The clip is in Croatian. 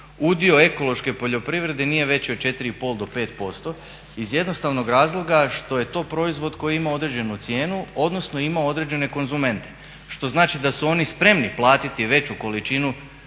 udio ekološke poljoprivrede nije veći od 4,5 do 5% iz jednostavnog razloga što je to proizvod koji ima određenu cijenu odnosno ima određene konzumente. Što znači da su oni spremni platiti veću količinu